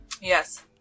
Yes